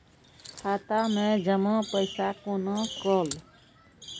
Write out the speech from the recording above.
खाता मैं जमा पैसा कोना कल